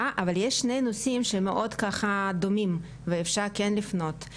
אבל יש שני נושאים שהם מאוד דומים ואפשר כן לפנות,